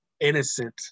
innocent